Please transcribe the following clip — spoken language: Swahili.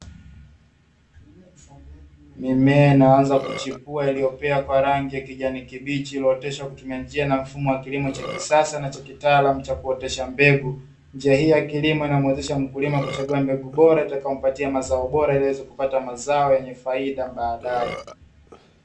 Mimea inayoanza kuchipua iliyopea kwa rangi ya kijani kibichi, iliyooteshwa kwa kutumia njia na mfumo wa kilimo cha kisasa na cha kitaalamu cha kuotesha mbegu. Njia hii ya kilimo inamuwezesha mkulima kuchagua mbegu bora itakayompatia mazao bora, ili aweze kupata mazao yenye faida baadae.